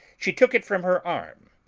she took it from her arm.